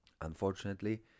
unfortunately